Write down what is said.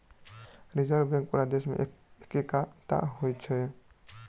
reserve bank पूरा देश मे एकै टा होइत अछि